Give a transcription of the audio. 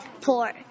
poor